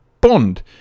bond